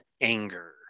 anger